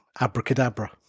abracadabra